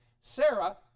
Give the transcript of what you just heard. Sarah